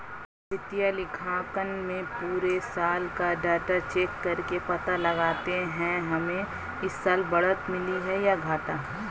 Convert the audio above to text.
वित्तीय लेखांकन में पुरे साल का डाटा चेक करके पता लगाते है हमे इस साल बढ़त मिली है या घाटा